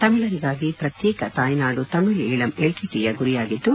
ತಮಿಳರಿಗಾಗಿ ಪ್ರತ್ಯೇಕ ತಾಯ್ನಾಡು ತಮಿಳ್ ಈಳಂ ಎಲ್ಟಟಿಇಯ ಗುರಿಯಾಗಿದ್ದು